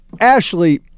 Ashley